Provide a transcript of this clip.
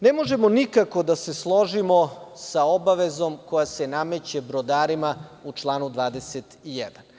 Ne možemo nikako da se složimo sa obavezom koja se nameće brodarima u članu 21.